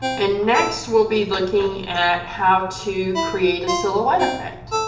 and next we'll be looking at how to create a silhouette effect.